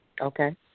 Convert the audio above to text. Okay